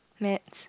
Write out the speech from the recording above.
next